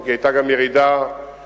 אם כי היתה גם ירידה כללית.